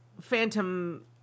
Phantom